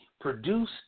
produce